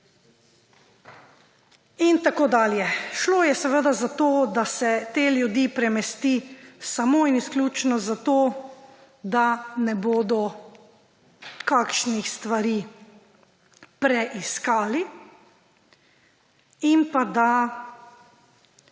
In tako dalje. Šlo je seveda za to, da se te ljudi premesti samo in izključno zato, da ne bodo kakšnih stvari preiskali in da